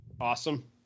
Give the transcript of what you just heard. Awesome